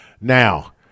Now